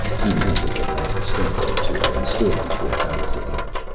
he mounted the last step or two and stood before ban cruach.